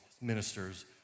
ministers